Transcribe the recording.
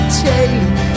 take